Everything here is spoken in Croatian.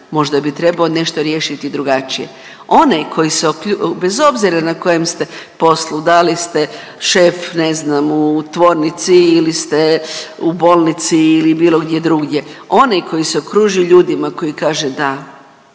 možda bi trebao nešto riješiti drugačije. Onaj koji se ok…, bez obzira na kojem ste poslu, da li ste šef ne znam u tvornici ili ste u bolnici ili bilo gdje drugdje, onaj koji se okružuje ljudima koji kaže da